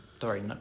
sorry